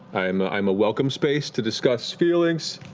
i am a welcome space to discuss feelings.